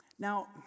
Now